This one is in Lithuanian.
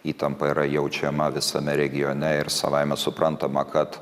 įtampa yra jaučiama visame regione ir savaime suprantama kad